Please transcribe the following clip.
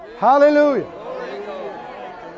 Hallelujah